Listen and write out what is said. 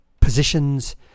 positions